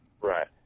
right